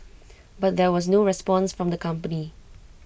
but there was no response from the company